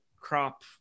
crop